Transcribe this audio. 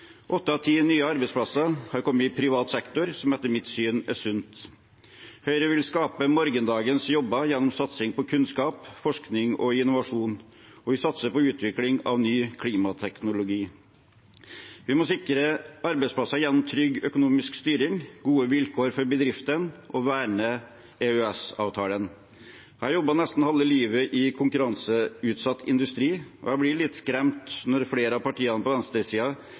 Åtte av ti nye arbeidsplasser har kommet i privat sektor, noe som etter mitt syn er sunt. Høyre vil skape morgendagens jobber gjennom satsing på kunnskap, forskning og innovasjon, og vi satser på utvikling av ny klimateknologi. Vi må sikre arbeidsplassene gjennom trygg økonomisk styring og gode vilkår for bedriftene, og vi må verne EØS-avtalen. Jeg har jobbet nesten halve livet i konkurranseutsatt industri, og jeg blir litt skremt når flere av partiene på